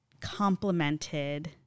complemented